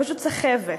פשוט סחבת.